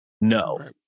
no